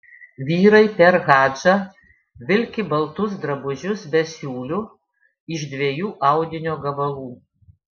vyrai per hadžą vilki baltus drabužius be siūlių iš dviejų audinio gabalų